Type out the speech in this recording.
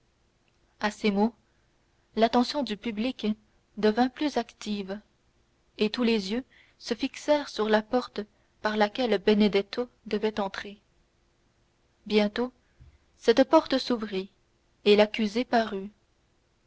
à ces mots l'attention du public devint plus active et tous les yeux se fixèrent sur la porte par laquelle benedetto devait entrer bientôt cette porte s'ouvrit et l'accusé parut